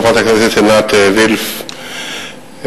חברת עינת וילף,